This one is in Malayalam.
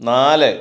നാല്